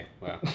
wow